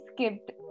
skipped